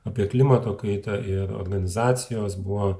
apie klimato kaitą ir organizacijos buvo